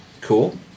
Cool